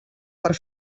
per